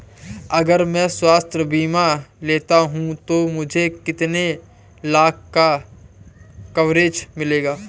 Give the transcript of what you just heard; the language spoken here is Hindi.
अगर मैं स्वास्थ्य बीमा लेता हूं तो मुझे कितने लाख का कवरेज मिलेगा?